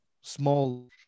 small